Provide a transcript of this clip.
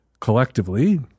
collectively